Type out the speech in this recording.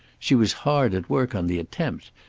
she was hard at work on the attempt,